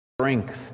strength